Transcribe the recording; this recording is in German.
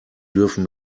dürfen